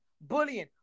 bullying